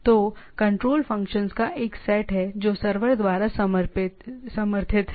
तो control functions का एक सेट है जो सर्वर द्वारा समर्थित है